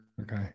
Okay